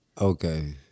Okay